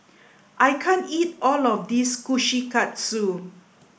I can't eat all of this Kushikatsu